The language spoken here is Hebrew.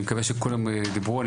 אני מקווה שכולם דיברו,